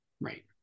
Right